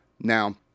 now